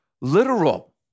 literal